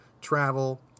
travel